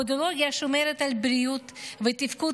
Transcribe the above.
הפודולוגיה שומרת על בריאות ותפקוד